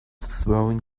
throwing